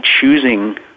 choosing